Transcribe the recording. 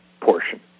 portion